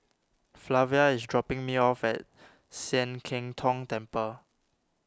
Flavia is dropping me off at Sian Keng Tong Temple